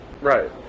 right